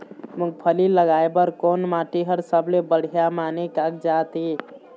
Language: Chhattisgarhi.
मूंगफली लगाय बर कोन माटी हर सबले बढ़िया माने कागजात हे?